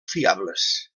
fiables